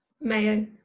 Mayo